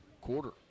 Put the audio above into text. quarter